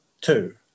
Two